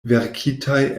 verkitaj